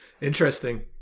Interesting